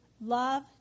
love